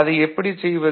அதை எப்படிச் செய்வது